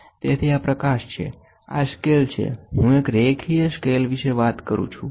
તેથી આ પ્રકાશ છે આ સ્કેલ છે હું એક રેખીય સ્કેલ વિશે વાત કરું છું